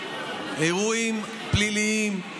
אירועים פליליים,